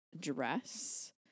dress